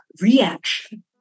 reaction